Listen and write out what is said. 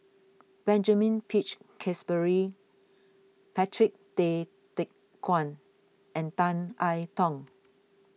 Benjamin Peach Keasberry Patrick Tay Teck Guan and Tan I Tong